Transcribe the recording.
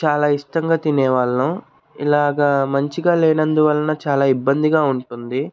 చాలా ఇష్టంగా తినే వాళ్ళం ఇలాగా మంచిగా లేనందువలన చాలా ఇబ్బందిగా ఉంటుంది